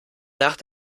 nach